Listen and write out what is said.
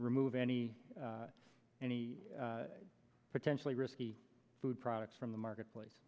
remove any any potentially risky food products from the marketplace